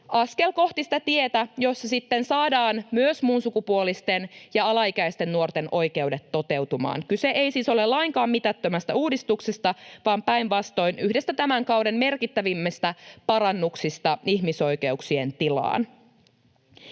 askel kohti sitä tietä, jossa sitten saadaan myös muunsukupuolisten ja alaikäisten nuorten oikeudet toteutumaan. Kyse ei siis ole lainkaan mitättömästä uudistuksesta, vaan päinvastoin yhdestä tämän kauden merkittävimmistä parannuksista ihmisoikeuksien tilaan.